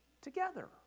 together